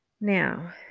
Now